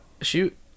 shoot